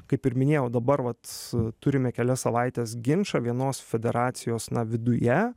kaip ir minėjau dabar vat turime kelias savaites ginčą vienos federacijos na viduje